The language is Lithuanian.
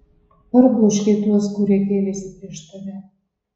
parbloškei tuos kurie kėlėsi prieš tave